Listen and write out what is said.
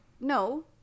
No